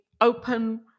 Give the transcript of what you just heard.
open